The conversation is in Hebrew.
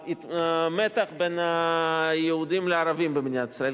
המתח בין היהודים לערבים במדינת ישראל,